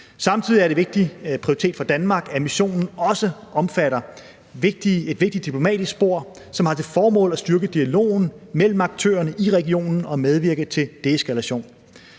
Samtidig er det en vigtig prioritet for Danmark, at missionen også omfatter et vigtigt diplomatisk spor, som har til formål at styrke dialogen mellem aktørerne i regionen og medvirke til deeskalation.